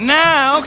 now